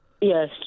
Yes